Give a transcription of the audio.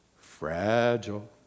Fragile